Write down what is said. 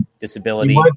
disability